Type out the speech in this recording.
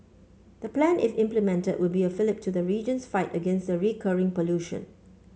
the plan if implemented will be a fillip to the region's fight against the recurring pollution